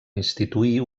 instituir